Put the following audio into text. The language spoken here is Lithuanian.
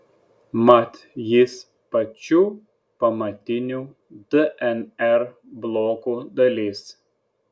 mat jis pačių pamatinių dnr blokų dalis